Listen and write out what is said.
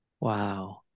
Wow